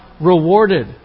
rewarded